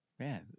Man